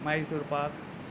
Mysore Pak